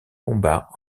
combats